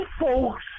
folks